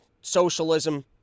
socialism